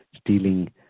stealing